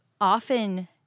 often